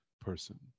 person